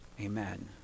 amen